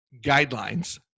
guidelines